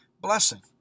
blessing